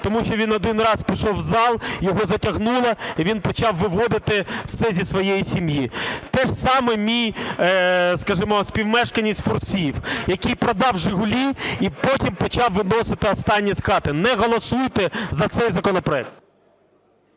тому що він один раз пішов в зал, його затягнуло і він почав виводити все зі своєї сім'ї. Те ж саме, скажімо, мешканець Фурсів, який продав "Жигулі" і потім почав виносити останнє з хати. Не голосуйте за цей законопроект.